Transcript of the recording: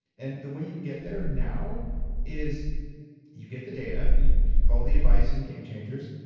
and the way you get there now is you get the data, and you follow the advice in game changers,